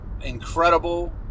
incredible